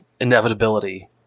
inevitability